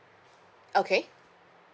okay